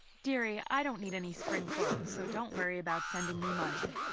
dearie, i don't need any spring clothes, so don't worry about sending me money.